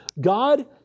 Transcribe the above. God